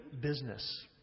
business